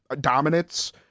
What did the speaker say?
dominance